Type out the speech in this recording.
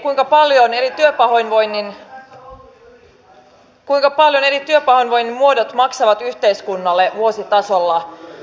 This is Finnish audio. minä en tiedä tietääkö edustaja rossi kuinka paljon eri työpahoinvoinnin muodot maksavat yhteiskunnalle vuositasolla